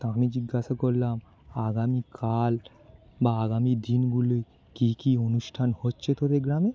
তা আমি জিজ্ঞাসা করলাম আগামীকাল বা আগামী দিনগুলোয় কী কী অনুষ্ঠান হচ্ছে তোদের গ্রামে